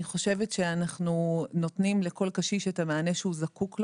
אנחנו נותנים לכל קשיש את המענה שלו הוא זקוק.